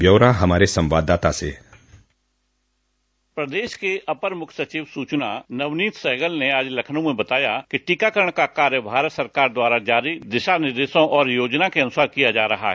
ब्यौरा हमारे संवाददाता से डिस्पैच प्रदेश के अपर मुख्य सचिव सूचना नवनीत सहगल ने आज लखनऊ में बताया कि टीकाकरण का कार्य भारत सरकार द्वारा जारी दिशा निर्देशों और योजना के अनुसार किया जा रहा है